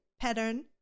pattern